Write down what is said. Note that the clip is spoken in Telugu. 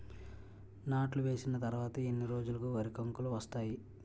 నాట్లు వేసిన తర్వాత ఎన్ని రోజులకు వరి కంకులు వస్తాయి?